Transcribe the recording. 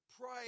Pray